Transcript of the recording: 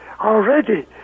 already